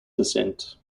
descent